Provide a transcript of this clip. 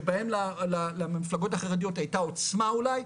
שבהם למפלגות החרדיות הייתה עוצמה אולי,